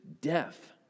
death